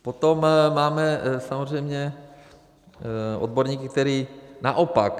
Potom máme samozřejmě odborníky, kteří naopak.